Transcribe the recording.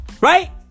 right